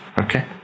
Okay